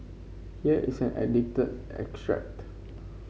here is an edited extract